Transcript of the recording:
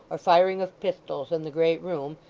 or firing of pistols in the great room,